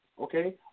Okay